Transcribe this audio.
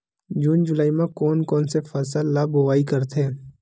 जून जुलाई म कोन कौन से फसल ल बोआई करथे?